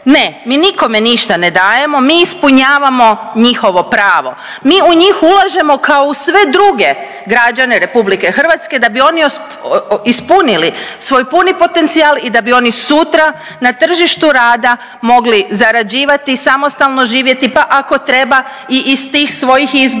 Ne, mi nikome ništa ne dajemo, mi ispunjavamo njihovo pravo, mi u njih ulažemo kao u sve druge građane RH da bi oni ispunili svoj puni potencijal i da bi oni sutra na tržištu rada mogli zarađivati, samostalno živjeti, pa ako treba i iz tih svojih izbora